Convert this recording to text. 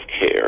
care